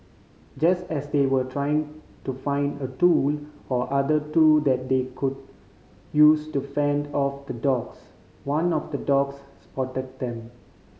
just as they were trying to find a tool or other two that they could use to fend off the dogs one of the dogs spotted them